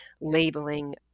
labeling